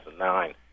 2009